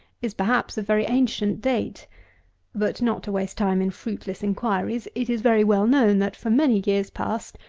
is perhaps of very ancient date but not to waste time in fruitless inquiries, it is very well known that, for many years past,